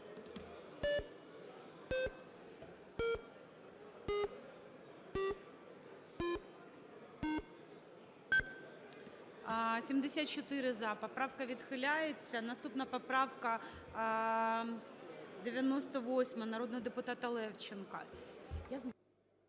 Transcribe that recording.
За-74 Поправка відхиляється. Наступна поправка 98 народного депутата Левченка.